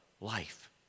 life